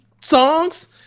songs